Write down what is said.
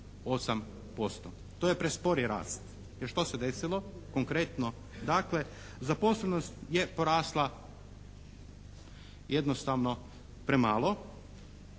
To je prespori rast. Jer što se desilo? Konkretno, dakle zaposlenost je porasla jednostavno premalo,